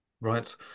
Right